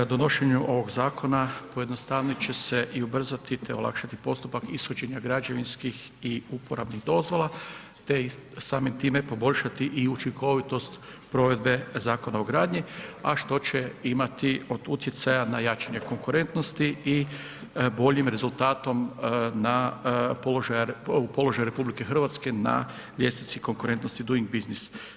Donošenje ovog zakona pojednostavit će se i ubrzati, te olakšati postupak ishođenja građevinskih i uporabnih dozvola, te samim time poboljšati i učinkovitost provedbe Zakona o gradnji, a što će imati od utjecaja na jačanje konkurentnosti i boljim rezultatom u položaju RH na ljestvici konkurentnosti Doing Business.